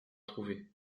trouver